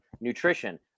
nutrition